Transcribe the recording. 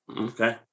Okay